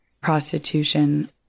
prostitution